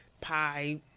pie